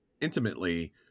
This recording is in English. intimately